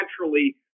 naturally